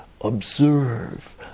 observe